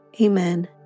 Amen